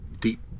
deep